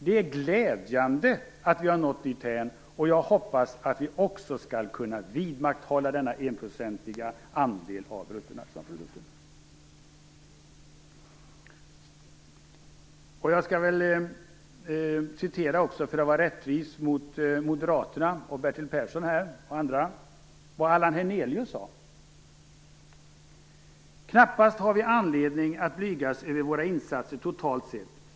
Det är glädjande att vi har nått dithän, och jag hoppas att vi också skall kunna vidmakthålla denna enprocentiga andel av vår bruttonationalprodukt." Jag skall väl också, för att vara rättvis mot Moderaterna och Bertil Persson och andra här, citera även vad Allan Hernelius sade. "Knappast har vi anledning att blygas över våra insatser totalt sett.